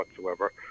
whatsoever